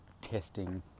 testing